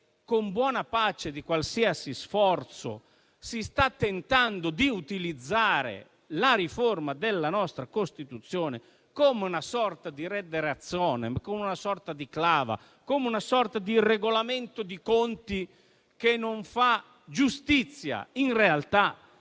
con buona pace di qualsiasi sforzo, si sta tentando di utilizzare la riforma della nostra Costituzione come una sorta di *redde rationem*, di clava e di regolamento di conti, che non fa giustizia al